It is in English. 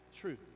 truth